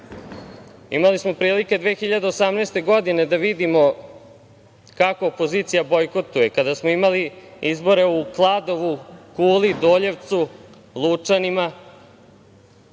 imali smo prilike 2018. godine da vidimo kako opozicija bojkotuje, kada smo imali izbore u Kladovu, Kuli, Doljevcu, Lučanima.